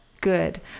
Good